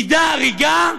וידא הריגה,